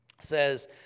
says